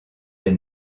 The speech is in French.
des